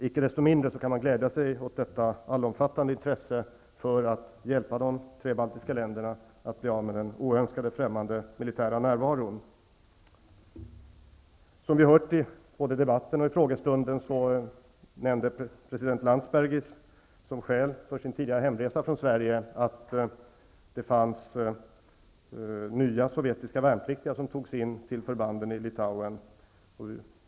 Icke desto mindre kan man glädja sig åt detta allomfattande intresse för att hjälpa de tre baltiska länderna att bli av med den oönskade främmande militära närvaron. Som vi hört både i den här debatten och vid frågestunden, nämnde president Landsbergis som skäl för sin tidigare hemresa från Sverige att nya sovjetiska värnpliktiga tagits in till förbanden i Litauen.